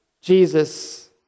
Jesus